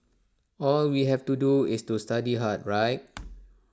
all we have to do is to study hard right